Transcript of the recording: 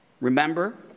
Remember